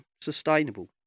sustainable